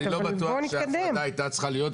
אני לא בטוח שההפרדה הייתה צריכה להיות,